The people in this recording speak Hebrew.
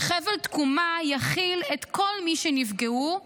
שחבל תקומה יכיל את כל מי שנפגעו,